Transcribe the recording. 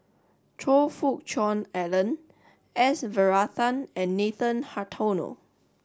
Choe Fook Cheong Alan S Varathan and Nathan Hartono